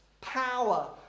power